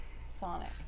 Sonic